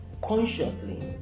consciously